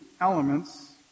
elements